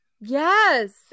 Yes